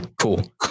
cool